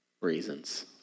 reasons